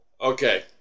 Okay